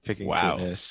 wow